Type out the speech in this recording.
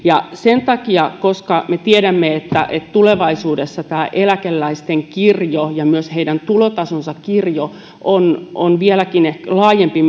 sen takia koska me tiedämme että tulevaisuudessa tämä eläkeläisten kirjo ja myös heidän tulotasonsa kirjo ovat ehkä vieläkin laajempia